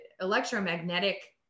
electromagnetic